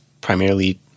primarily